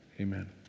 Amen